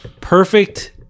Perfect